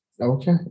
Okay